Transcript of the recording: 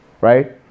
Right